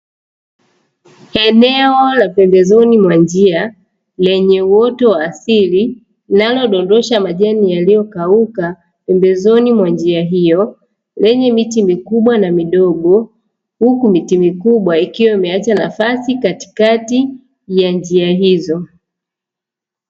Eneo la pembezoni mwa njia lenye uoto wa asili linalodondosha majani yaliyokauka pembezoni mwa njia hiyo, lenye miti mikubwa na midogo huku miti mikubwa ikiwa imeacha nafasi katikati ya njia hizo.